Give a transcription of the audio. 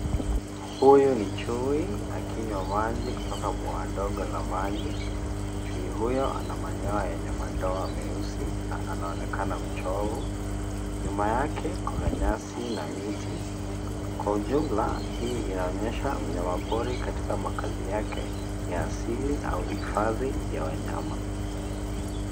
Huyu ni chui akinywa maji kutoka bwawa ndogo la maji, chui huyo anamanyoya yenye madoa yenye meusi na anaonekana mchovu, nyuma yake kuna nyasi na miti, Kwa jumla hii inaonyesha mnyama pori katika makazi yake ya asili au hifadhi ya wanyama.